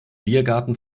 biergarten